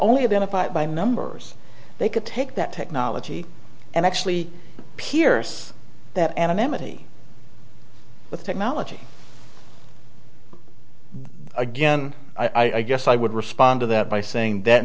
only benefit by numbers they could take that technology and actually pierce that anonymity with technology again i guess i would respond to that by saying that